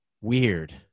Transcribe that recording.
weird